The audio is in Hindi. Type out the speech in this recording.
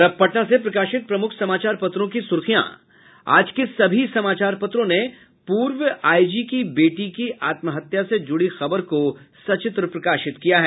और अब पटना से प्रकाशित प्रमुख समाचार पत्रों की सुर्खियां आज के सभी समाचार पत्रों ने पूर्व आईजी की बेटी की आत्महत्या से जुड़ी खबर को सचित्र प्रकाशित किया है